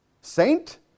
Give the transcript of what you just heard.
Saint